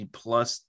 plus